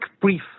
brief